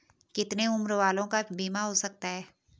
कितने उम्र वालों का बीमा हो सकता है?